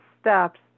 steps